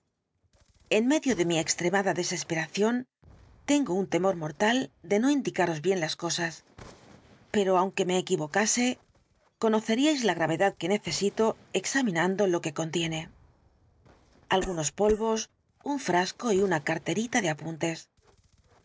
en medio de mi extremada desesperación tengo un temor mortal de no indicaros bien las cosas pero aunque me equivocase conoceríais la gaveta que necesito examinando lo que contiene algunos polvos un frasco y una carterita de apuntes